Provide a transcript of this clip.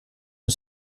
and